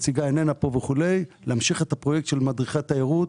כדי להמשיך את הפרויקט של מדריכי התיירות